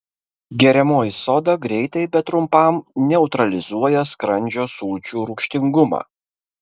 geriamoji soda greitai bet trumpam neutralizuoja skrandžio sulčių rūgštingumą